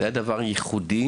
זה היה דבר ייחודי.